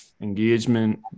engagement